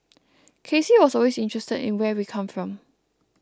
K C was always interested in where we come from